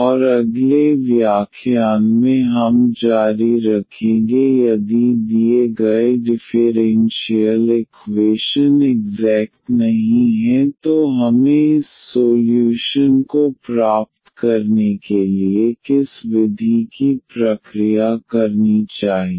और अगले व्याख्यान में हम जारी रखेंगे यदि दिए गए डिफ़ेरेन्शियल इक्वेशन इग्ज़ैक्ट नहीं हैं तो हमें इस सोल्यूशन को प्राप्त करने के लिए किस विधि की प्रक्रिया करनी चाहिए